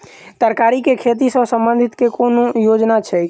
तरकारी केँ खेती सऽ संबंधित केँ कुन योजना छैक?